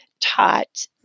taught